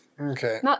Okay